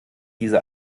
diese